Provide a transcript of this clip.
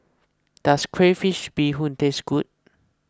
does Crayfish BeeHoon taste good